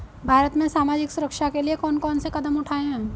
भारत में सामाजिक सुरक्षा के लिए कौन कौन से कदम उठाये हैं?